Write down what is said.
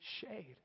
shade